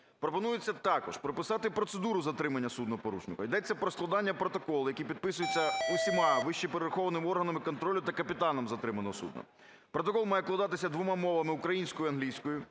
пропонується також прописати процедуру затримання судна-порушника. Йдеться про складання протоколу, який підписується усіма вищеперерахованими органами контролю та капітаном затриманого судна. Протокол має вкладатися двома мовами: українською і англійською,